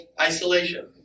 isolation